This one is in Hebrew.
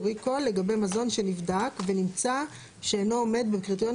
(recall) לגבי מזון שנבדק ונמצא שאינו עומד בקריטריונים